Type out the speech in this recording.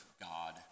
God